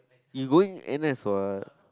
you going n_s what